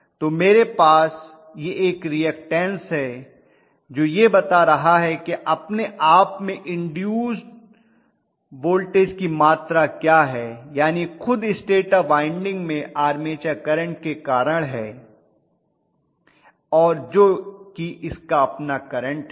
तो मेरे पास यह एक रीऐक्टन्स है जो यह बता रहा है कि अपने आप में इंड्यूस वोल्टेज की मात्रा क्या है यानी खुद स्टेटर वाइंडिंग में आर्मेचर करंट के कारण है और जो कि इसका अपना करंट है